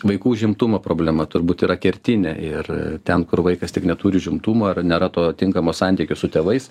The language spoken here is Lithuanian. vaikų užimtumo problema turbūt yra kertinė ir ten kur vaikas tik neturi užimtumo ar nėra to tinkamo santykio su tėvais